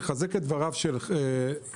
אני מחזק את דבריו של ידידי,